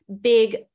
big